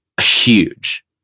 huge